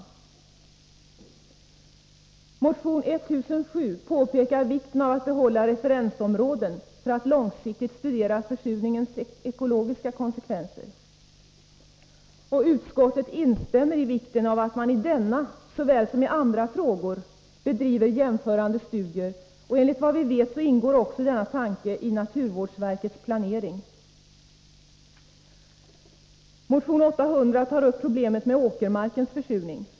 I motionen 1007 påpekas vikten av att behålla referensområden för att långsiktigt studera försurningens ekologiska konsekvenser. Utskottet instämmer i att det är viktigt att man på detta såväl som på andra områden bedriver jämförande studier, och enligt vad vi vet ingår tankar på detta också i naturvårdsverkets planering. I motion 800 tas problemet med åkermarkens försurning upp.